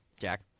Jack